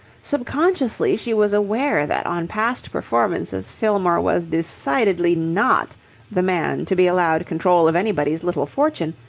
sub-consciously she was aware that on past performances fillmore was decidedly not the man to be allowed control of anybody's little fortune,